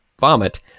vomit